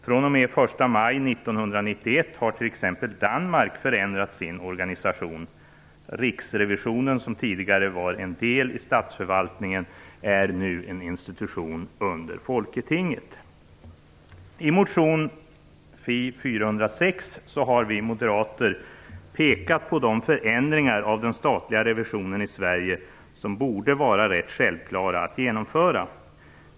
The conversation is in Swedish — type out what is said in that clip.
fr.o.m. den 1 maj 1991 har t.ex. Danmark en förändrad organisation. Riksrevisionen, som tidigare var en del i statsförvaltningen, är nu en institution under Folketinget. I motion Fi406 har vi moderater pekat på de förändringar av den statliga revisionen i Sverige som borde vara rätt självklara att genomföra.